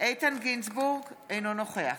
איתן גינזבורג, אינו נוכח